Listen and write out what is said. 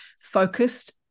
focused